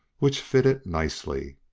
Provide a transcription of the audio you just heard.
which fitted nicely.